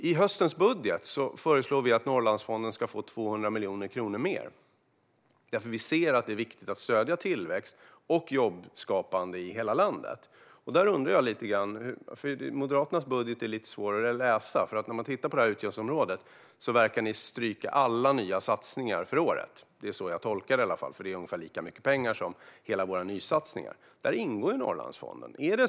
I höstens budget föreslår vi att Norrlandsfonden ska få 200 miljoner kronor mer, för vi ser att det är viktigt att stödja tillväxt och jobbskapande i hela landet. Moderaternas budget är lite svårare att läsa. Ni verkar stryka alla nya satsningar för året på detta utgiftsområde. Så tolkar jag det, för det är ungefär lika mycket pengar som hela vår nysatsning. Här ingår Norrlandsfonden.